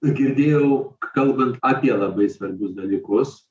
girdėjau kalbant apie labai svarbius dalykus